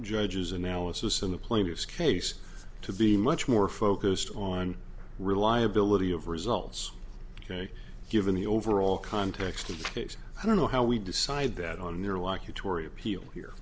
judges analysis in the plaintiff's case to be much more focused on reliability of results ok given the overall context of the case i don't know how we decide that on your like you tory appeal here